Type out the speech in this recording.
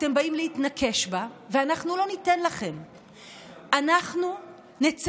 אתם באים להתנקש בה, ואנחנו לא ניתן לכם.